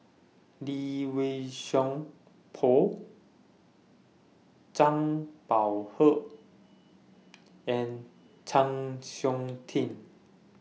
Lee Wei Song Paul Zhang Bohe and Chng Seok Tin